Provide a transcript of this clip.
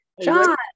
John